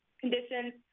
conditions